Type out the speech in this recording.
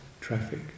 traffic